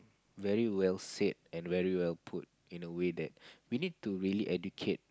very well said and very well put in a way that we need to really educate